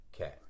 Okay